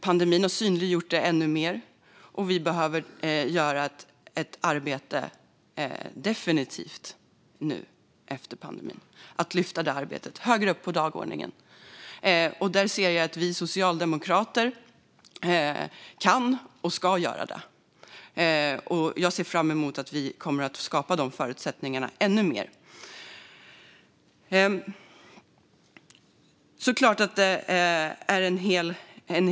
Pandemin har synliggjort det ännu mer, och vi behöver definitivt göra ett arbete efter pandemin för att lyfta detta arbete högre upp på dagordningen. Det ser jag att vi socialdemokrater kan och ska göra, och jag ser fram emot att vi kommer att skapa de förutsättningarna i ännu högre grad.